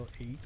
eight